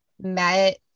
met